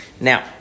Now